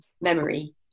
memory